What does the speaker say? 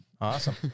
Awesome